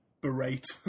berate